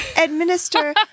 administer